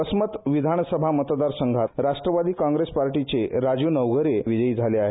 वसमत विधानसभा मतदारसंघात राष्ट्रवादी काँग्रेस पार्टीचे राजू नवघरे विजयी झाले आहेत